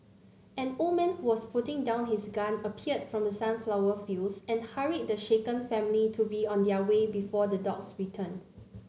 an old man who was putting down his gun appeared from the sunflower fields and hurried the shaken family to be on their way before the dogs return